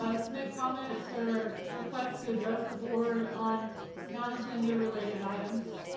ah submit comments or requests to address the board on non agenda related items.